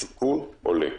הסיכון עולה.